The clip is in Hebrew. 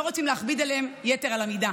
לא רוצים להכביד עליהם יתר על המידה